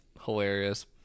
hilarious